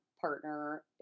partner